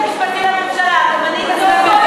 גיבוי של היועץ המשפטי לממשלה, זה אותו יועץ.